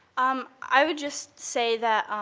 um i would just say that